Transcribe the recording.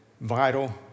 vital